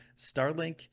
Starlink